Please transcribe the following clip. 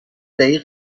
دقیق